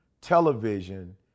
television